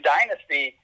Dynasty